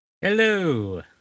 Hello